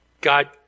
God